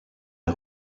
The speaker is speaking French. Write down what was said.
est